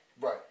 Right